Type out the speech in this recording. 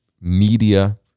media